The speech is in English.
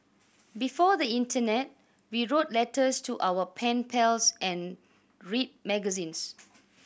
before the internet we wrote letters to our pen pals and read magazines